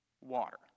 Water